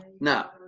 Now